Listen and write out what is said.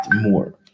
more